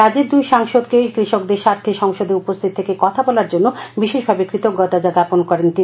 রাজ্যের দুই সাংসদকে কৃষকদের স্বার্থে সংসদে উপস্হিত থেকে কথা বলার জন্য বিশেষ ভাবে কৃতজ্ঞতা জ্ঞাপন করেন তিনি